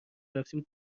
رفتیم